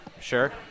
Sure